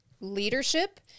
leadership